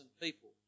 people